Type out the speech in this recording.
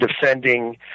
defending